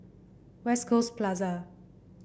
West Coast Plaza